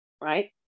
Right